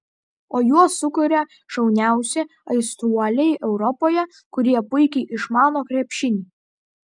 o juos sukuria šauniausi aistruoliai europoje kurie puikiai išmano krepšinį